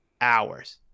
hours